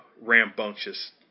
rambunctious